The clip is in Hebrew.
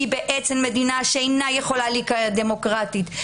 היא בעצם מדינה שלא יכולה להיקרא דמוקרטית.